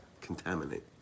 contaminate